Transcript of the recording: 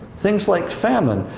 things like famine.